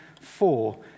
four